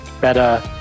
better